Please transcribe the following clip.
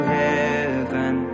heaven